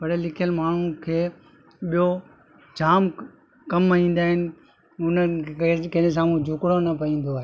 पढ़ियलु लिखियलु माण्हुनि खे ॿियो जाम कमु ईंदा आहिनि उन्हनि खे कंहिंजे साम्हूं झुकिणो न पवंदो आहे